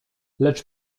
lecz